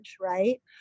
right